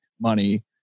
money